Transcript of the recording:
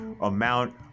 amount